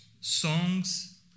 songs